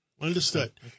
Understood